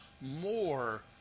more